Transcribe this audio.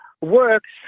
works